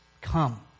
come